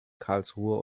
karlsruhe